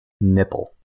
Nipple